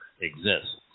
exists